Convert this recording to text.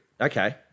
Okay